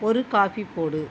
ஒரு காபி போடு